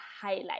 highlight